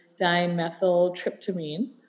dimethyltryptamine